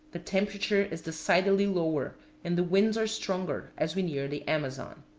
the temperature is decidedly lower and the winds are stronger as we near the amazon.